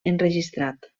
enregistrat